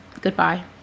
goodbye